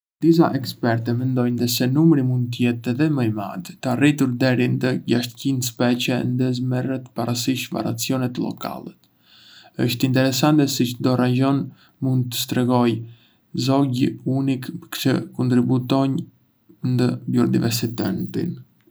Disa ekspertë mendojndë se numri mund të jetë edhé më i madh, të arritur deri ndë gjasht-qind specie ndëse merret parasysh variacionet lokale. Është interesante si çdo rajon mund të strehojë zogj unikë që kontribuojndë ndë biodiversitetin.